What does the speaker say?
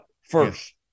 first